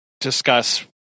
discuss